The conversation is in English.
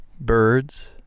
Birds